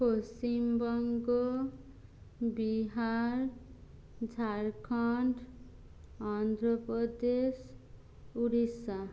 Paschimbanga Bihar Jharkhand Andhra Pradesh Orissa